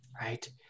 Right